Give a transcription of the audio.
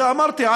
אמרתי,